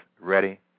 ready